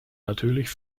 natürlich